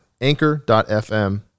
anchor.fm